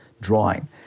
drawing